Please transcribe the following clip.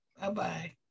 Bye-bye